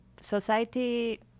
society